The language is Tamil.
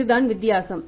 இதுதான் வித்தியாசம்